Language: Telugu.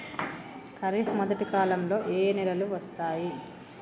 ఖరీఫ్ మొదటి కాలంలో ఏ నెలలు వస్తాయి?